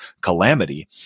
calamity